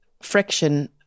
friction